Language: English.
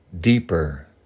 deeper